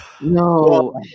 No